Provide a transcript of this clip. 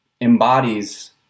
embodies